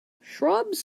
shrubs